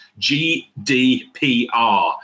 GDPR